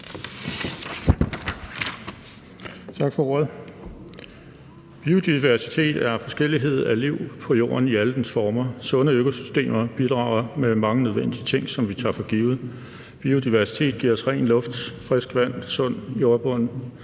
Tak for ordet. Biodiversitet er forskellighed af liv på jorden i alle dets former. Sunde økosystemer bidrager med mange nødvendige ting, som vi tager for givet. Biodiversitet giver os ren luft, frisk vand, sund jordbund,